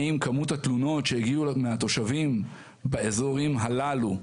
האם כמות התלונות שהגיעו מהתושבים באזורים הללו,